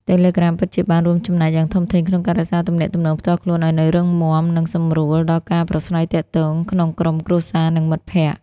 Telegram ពិតជាបានរួមចំណែកយ៉ាងធំធេងក្នុងការរក្សាទំនាក់ទំនងផ្ទាល់ខ្លួនឱ្យនៅរឹងមាំ និងសម្រួលដល់ការប្រាស្រ័យទាក់ទងក្នុងក្រុមគ្រួសារ និងមិត្តភក្តិ។